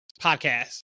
podcast